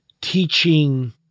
teaching